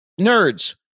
nerds